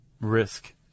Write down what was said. risk